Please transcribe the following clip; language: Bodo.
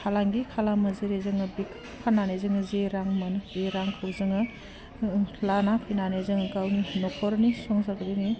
फालांगि खालामो जेरै जोङो बेख फाननानै जोङो जे रां मोनो बे रांखौ जोङो लाना फैनानै जों गावनि नख'रनि संसारखौ दिनै